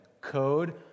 Code